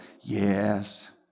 yes